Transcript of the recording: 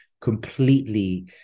completely